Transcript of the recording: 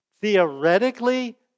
theoretically